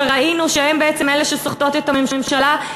וראינו שהן בעצם אלה שסוחטות את הממשלה,